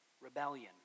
rebellion